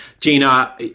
Gina